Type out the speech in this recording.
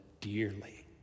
dearly